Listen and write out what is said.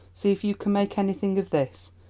see if you can make anything of this,